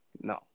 No